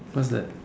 what's that